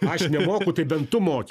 aš nemoku tai bent tu moki